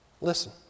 listen